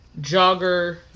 jogger